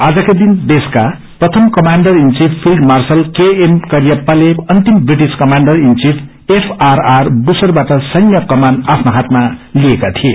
आज कै दिन देशका प्रामि commander in chief field marshal K M करियपाले अन्तिम British commander marshal in chief F R R बुश्रबाट सैन्य कमान आफ्नो हातमा लिकए थिए